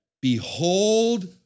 behold